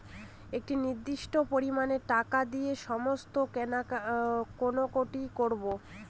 একটি নির্দিষ্ট পরিমানে টাকা দিয়ে সমস্ত কেনাকাটি করবো